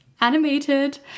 animated